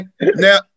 now